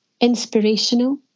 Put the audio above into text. inspirational